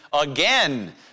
again